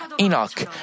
Enoch